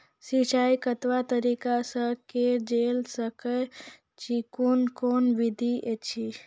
सिंचाई कतवा तरीका सअ के जेल सकैत छी, कून कून विधि ऐछि?